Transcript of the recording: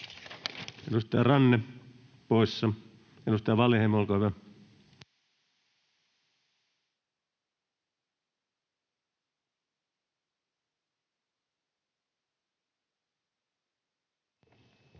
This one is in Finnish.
Edustaja Ranne poissa. — Edustaja Wallinheimo, olkaa hyvä.